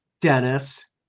Dennis